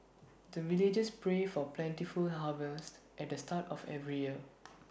the villagers pray for plentiful harvest at the start of every year